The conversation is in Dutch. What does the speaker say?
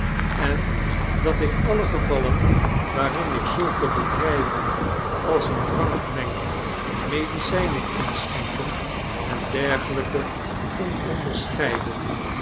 en dat ik alle gevallen waarin ik zulke bedrjjven als een drank mengen medicijnen inschenken en dergelpe kon onderscheiden